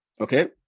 Okay